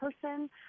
person